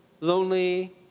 lonely